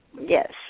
Yes